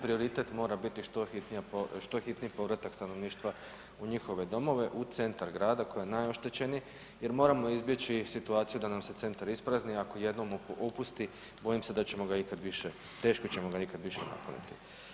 Prioritet mora biti što hitnija, što hitniji povratak stanovništva u njihove domove u centar grada koji je najoštećeniji jer moramo izbjeći situaciju da nam se centar isprazni, ako jednom opusti bojim se da ćemo ga ikad više, teško ćemo ga ikad više napuniti.